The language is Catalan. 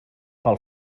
pel